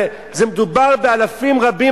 מדובר באלפים רבים,